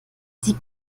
sie